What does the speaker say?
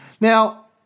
Now